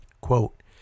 Quote